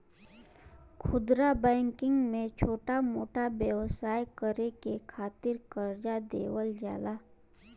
खुदरा बैंकिंग में छोटा छोटा व्यवसाय करे के खातिर करजा देवल जाला